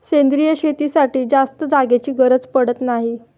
सेंद्रिय शेतीसाठी जास्त जागेची गरज पडत नाही